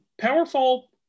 Powerful